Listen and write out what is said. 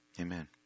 Amen